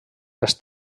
les